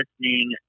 listening